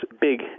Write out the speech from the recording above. big